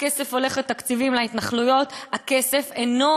הכסף הולך לתקציבים להתנחלויות.